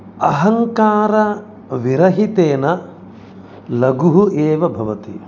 अहङ्कारविरहितेन लघुः एव भवति